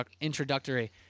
introductory